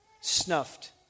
snuffed